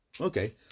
Okay